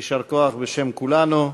יישר כוח בשם כולנו,